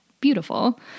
beautiful